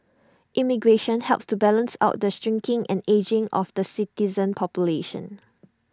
immigration helps to balance out the shrinking and ageing of the citizen population